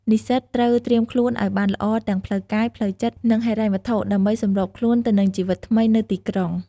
និស្សិតត្រូវត្រៀមខ្លួនឲ្យបានល្អទាំងផ្លូវចិត្ត ផ្លូវកាយ និងហិរញ្ញវត្ថុ ដើម្បីសម្របខ្លួនទៅនឹងជីវិតថ្មីនៅទីក្រុង។